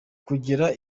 kugera